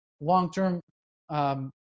long-term